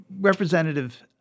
representative